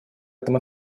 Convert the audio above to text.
этом